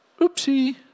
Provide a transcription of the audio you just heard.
Oopsie